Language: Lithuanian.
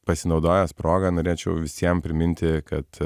pasinaudojęs proga norėčiau visiem priminti kad